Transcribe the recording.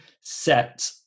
set